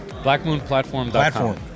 Blackmoonplatform.com